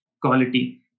quality